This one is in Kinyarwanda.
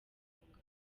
inkunga